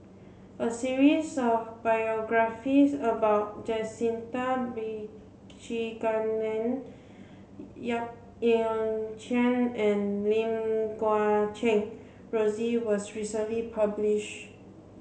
a series of biographies about Jacintha Abisheganaden Yap Ee Chian and Lim Guat Kheng Rosie was recently published